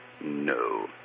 No